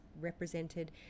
represented